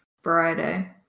Friday